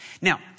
Now